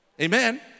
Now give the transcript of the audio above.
Amen